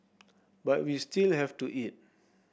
but we still have to eat